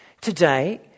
Today